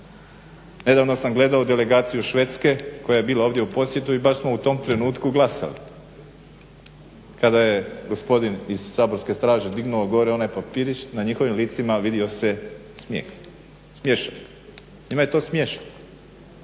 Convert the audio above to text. Nedavno sam gledao delegaciju Švedske koja je bila ovdje u posjeti i baš smo u tom trenutku glasali, kada je gospodin iz saborske straže dignuo gore onaj papirić na njihovim licima vidio se smijeh, smiješak. Njima je to smiješno